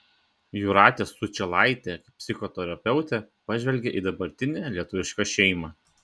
jūratės sučylaitė kaip psichoterapeutė pažvelgė į dabartinę lietuvišką šeimą